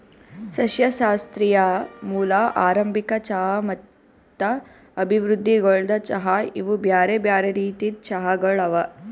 ಸಸ್ಯಶಾಸ್ತ್ರೀಯ ಮೂಲ, ಆರಂಭಿಕ ಚಹಾ ಮತ್ತ ಅಭಿವೃದ್ಧಿಗೊಳ್ದ ಚಹಾ ಇವು ಬ್ಯಾರೆ ಬ್ಯಾರೆ ರೀತಿದ್ ಚಹಾಗೊಳ್ ಅವಾ